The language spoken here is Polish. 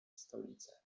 stolicę